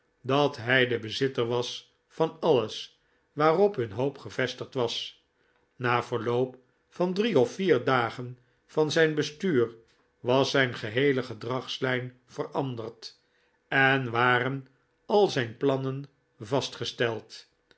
dat hij de bezitter was van alles waarop hun hoop gevestigd was n a verloop van drie of vier dagen van zijn bestuur was zijn geheele gedragslijn veranderd en waren al zijn plannen vastgesteld